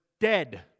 dead